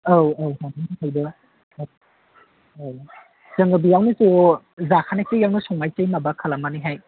औ औ बांद्राय मोसायोबा औ जोङो बेयावनो ज' जाखानायखौ बेयावनो संनोसै माबा खालामनानैहाय